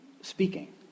speaking